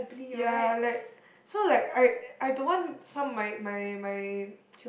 ya like so like I I don't want some my my my